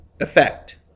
Effect